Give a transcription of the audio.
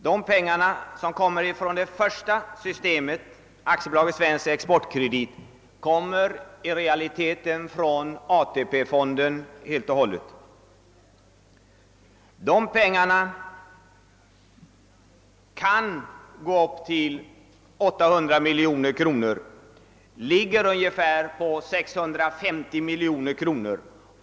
De pengar som AB Svensk exportkredit lånar ut kommer helt och hållet från ATP-fonden. Summan kan uppgå till 860 miljoner kronor; den ligger nu på ungefär 650 miljoner kronor.